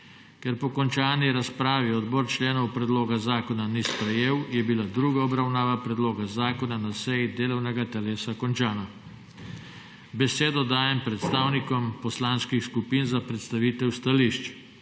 Ker po končani razpravi odbor členov predloga zakona ni sprejel, je bila druga obravnava predloga zakona na seji delovnega telesa končana. Besedo dajem predstavnikom poslanskih skupin za predstavitev stališč. Robert